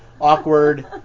awkward